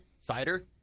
cider